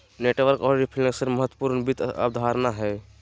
net worth आर inflation महत्वपूर्ण वित्त अवधारणा हय